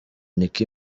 nick